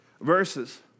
verses